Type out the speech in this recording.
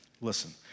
Listen